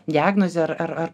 diagnozę ar ar ar